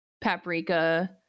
Paprika